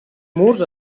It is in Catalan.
murs